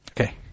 Okay